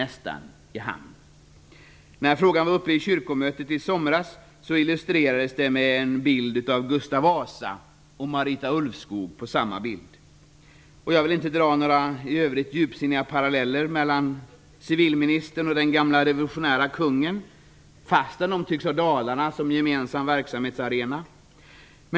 När detta förslag var uppe i kyrkomötet i somras illustrerades det med Gustav Vasa och Marita Ulvskog på samma bild. Jag vill inte dra några djupsinniga paralleller mellan civilministern och den gamle revolutionäre kungen, även om båda tycks ha Dalarna som gemensam verksamhetsarena.